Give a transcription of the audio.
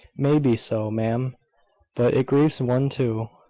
may be so, ma'am but it grieves one, too.